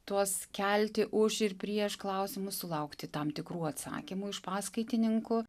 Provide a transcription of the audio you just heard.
tuos kelti už ir prieš klausimus sulaukti tam tikrų atsakymų iš paskaitininkų